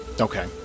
Okay